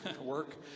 work